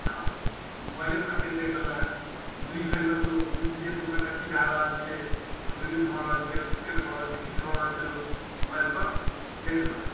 तऽ मोबाइलेपर सबचीज देखि लेलक न्यूज भेल कतहु कोनो विदेशमे कतहु कि भऽ रहल छै कतहु युद्ध भऽ रहल छै कतहु किरकेट भऽ रहल छै किछु भऽ रहल छै मोबाइलपर देखि लेलक